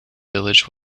village